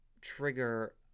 trigger